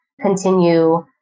continue